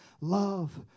love